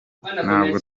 ntabwo